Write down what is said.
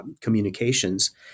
communications